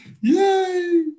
Yay